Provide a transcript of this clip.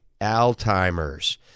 Alzheimer's